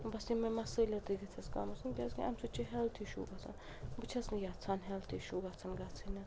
بَس یِمٔے مَصٲلیتٕے گژھیٚس کَم آسٕنۍ کیٛازِکہِ اَمہِ سۭتۍ چھُ ہیٚلٕتھ اِشوٗ گژھان بہٕ چھیٚس نہٕ یژھان ہیٚلتھ اِشوٗ گژھیٚن گژھٕنۍ